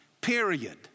period